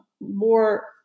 more